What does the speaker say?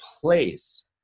place